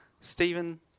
Stephen